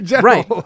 right